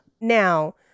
Now